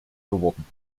geworden